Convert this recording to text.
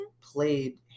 played